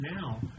now